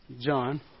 John